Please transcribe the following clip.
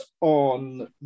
on